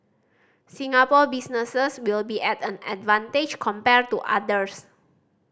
Singapore businesses will be at an advantage compared to others